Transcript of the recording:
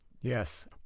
Yes